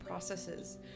processes